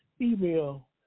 email